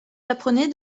apprenez